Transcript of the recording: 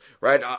right